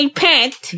pet